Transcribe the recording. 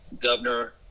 governor